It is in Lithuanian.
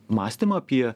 mąstymą apie